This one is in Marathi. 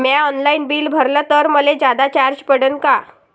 म्या ऑनलाईन बिल भरलं तर मले जादा चार्ज पडन का?